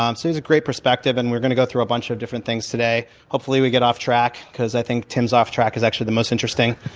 um so has a great perspective, and we're going to go through a bunch of different things today. hopefully, we get off track because, i think tim's off track is actually the most interesting.